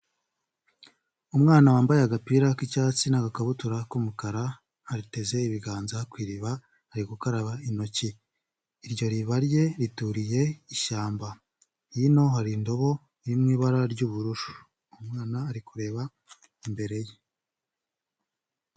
Umwana wambaye agapira k'icyatsi n'agakabutura k'umukara, Ariteze ibiganza ku iriba, ari gukaraba intoki. Iryo riba rye rituriye ishyambahino. Hari indobo iri mu ibara ry'ubururu. Umwana ari kureba imbere ye.